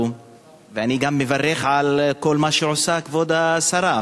ואני גם מברך על כל מה שעושה כבוד השרה,